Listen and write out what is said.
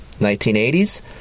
1980's